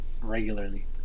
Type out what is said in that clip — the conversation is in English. regularly